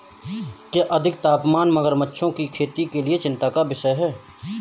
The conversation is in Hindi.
क्या अधिक तापमान मगरमच्छों की खेती के लिए चिंता का विषय है?